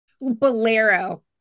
bolero